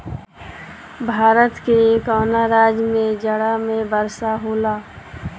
भारत के कवना राज्य में जाड़ा में वर्षा होला?